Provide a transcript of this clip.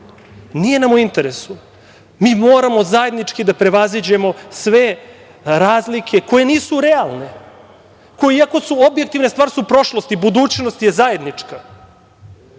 Nije nam u interesu. Mi moramo zajednički da prevaziđemo sve razlike koje nisu realne, koje i ako su objektivne, stvar su prošlosti, budućnost je zajednička. Sada,